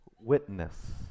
witness